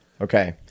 Okay